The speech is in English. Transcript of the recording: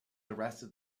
arrested